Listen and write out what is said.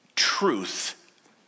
Truth